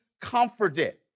comforted